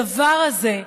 הדבר הזה,